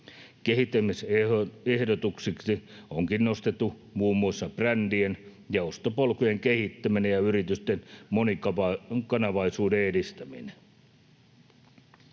Kehittämisehdotuksiksi onkin nostettu muun muassa brändien ja ostopolkujen kehittäminen ja yritysten monikanavaisuuden edistäminen.